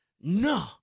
no